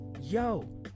Yo